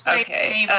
okay.